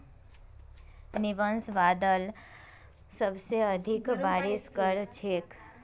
nimbus बादल सबसे अधिक बारिश कर छेक